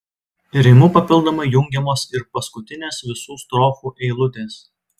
rimu papildomai jungiamos ir paskutinės visų strofų eilutės